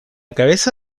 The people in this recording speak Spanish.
cabeza